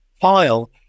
file